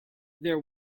there